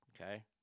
Okay